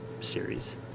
series